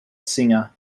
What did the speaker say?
singer